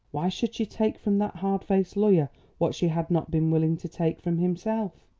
why should she take from that hard-faced lawyer what she had not been willing to take from himself?